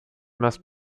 must